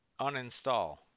Uninstall